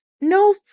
no